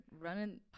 running